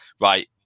right